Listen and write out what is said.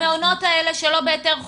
המעונות האלה שלא בהיתר חורג,